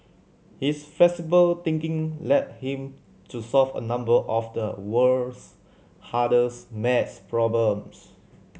his flexible thinking led him to solve a number of the world's hardest maths problems